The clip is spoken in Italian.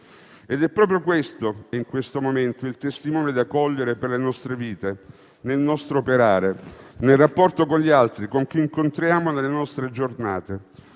Ed è proprio questo, in questo momento, il testimone da cogliere per le nostre vite, nel nostro operare, nel rapporto con gli altri, con chi incontriamo nelle nostre giornate.